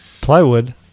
Plywood